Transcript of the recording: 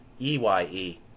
EYE